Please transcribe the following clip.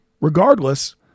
regardless